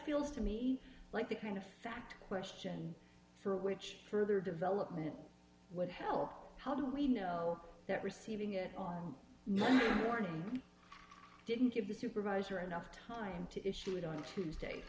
feels to me like the kind of fact question for which further development would help how do we know that receiving it on my morning didn't give the supervisor enough time to issue it on tuesday